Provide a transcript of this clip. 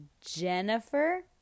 Jennifer